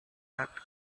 wept